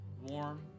warm